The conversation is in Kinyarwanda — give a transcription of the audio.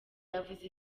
yavuze